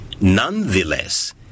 Nonetheless